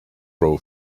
crow